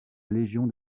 légion